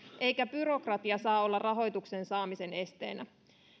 eikä byrokratia saa olla rahoituksen saamisen esteenä